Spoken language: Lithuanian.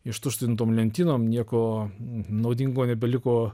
ištuštintom lentynom nieko naudingo nebeliko